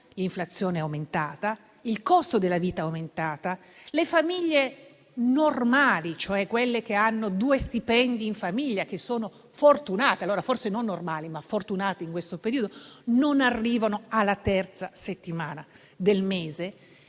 l'inflazione ed è aumentato il costo della vita. Le famiglie normali, cioè quelle che hanno due stipendi in famiglia e che sono fortunate (forse non normali, ma fortunate, in questo periodo), non arrivano alla terza settimana del mese.